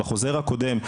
בחוזר הקודם,